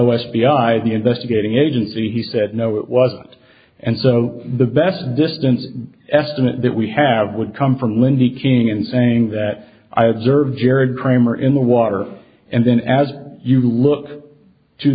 the investigating agency he said no it wasn't and so the best distance estimate that we have would come from lindy king in saying that i observed jared kramer in the water and then as you look to